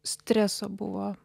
streso buvo